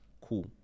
Cool